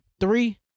three